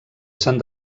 s’han